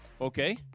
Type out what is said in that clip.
okay